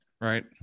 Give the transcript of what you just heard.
Right